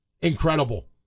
incredible